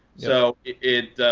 so it